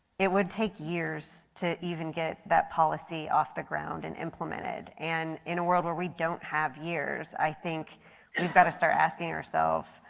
it would take years to even get that policy off the ground and implemented. and in a world where we don't have years, i think we've got to start asking ourselves,